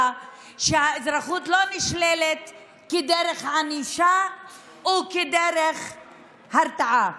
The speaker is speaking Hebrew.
שהאזרחות לא נשללת כדרך ענישה וכדרך הרתעה.